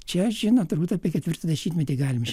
čia žinot turbūt apie ketvirtą dešimtmetį galim